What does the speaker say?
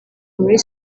muri